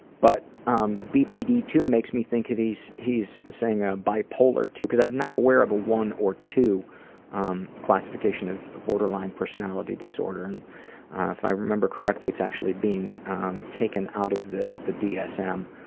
but um b p d two makes me think that he's he's saying ah bi-polar two, cause i'm not aware of a one or two um classification of borderline personality disorder. and if i remember correctly, it's actually being taken out of the the dsm.